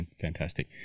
fantastic